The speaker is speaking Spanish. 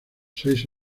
seis